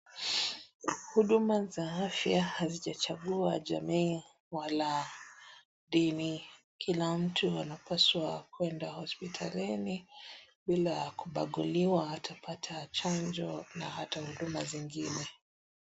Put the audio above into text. Huduma za afya hazijachagua jamii wala dini kila mtu anapaswa kuenda hospitalini bila kubaguliwa atapata chanjo na hata huduma zingine.